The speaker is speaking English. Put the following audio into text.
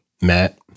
Matt